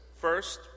First